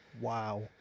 Wow